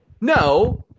No